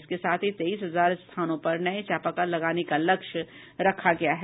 इसके साथ ही तेईस हजार स्थानों पर नये चापाकल लगाने का लक्ष्य रखा गया है